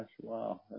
Wow